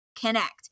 connect